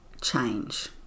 change